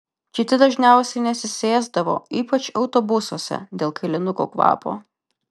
kiti dažniausiai nesisėsdavo ypač autobusuose dėl kailinukų kvapo